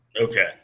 Okay